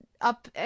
up